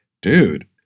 dude